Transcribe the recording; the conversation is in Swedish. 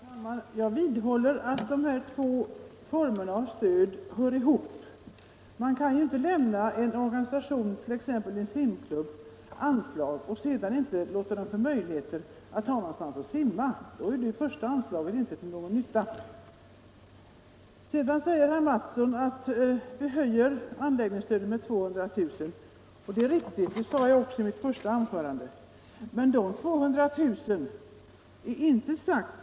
Herr talman! Jag vidhåller att dessa båda former av stöd hör ihop. Man kan t.ex. inte lämna ett anslag till en simklubb utan att också se till att man i den klubben verkligen får möjligheter att simma. I så fall blir ju det första anslaget inte till någon nytta. Sedan sade herr Mattsson i Lane-Herrestad att vi nu höjer anläggningsanslaget med 200 000 kr., och det är riktigt. Det sade jag också i mitt första anförande. Men man har inte sagt att dessa 200 000 kr.